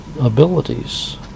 abilities